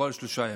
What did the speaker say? בכל שלושה ימים.